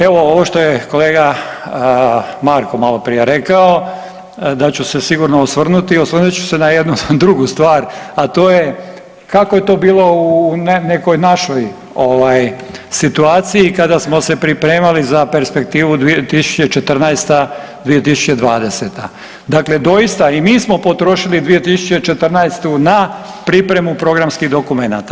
Evo ovo što je kolega Marko maloprije rekao da ću se sigurno osvrnuti, osvrnut ću se na jednu drugu stvar, a to je kako je to bilo u nekoj našoj ovaj situaciji kada smo se pripremali za perspektivu 2014.-2020., dakle doista i mi smo potrošili 2014. na pripremu programskih dokumenata.